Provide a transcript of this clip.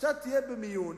כשאתה תהיה במיון